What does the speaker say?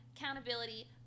accountability